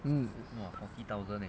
mm